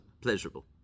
pleasurable